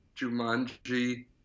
Jumanji